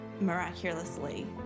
miraculously